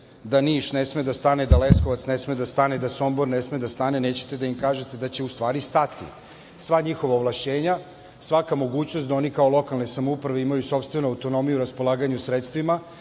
da Niš ne sme da stane, da Leskovac ne sme da stane, da Sombor ne sme da stane, nećete da kažete da će u stvari stati sva njihova ovlašćenja, svaka mogućnost da oni kao lokalne samouprave imaju sopstvenu autonomiju u raspolaganju sredstvima,